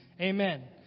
Amen